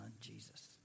Jesus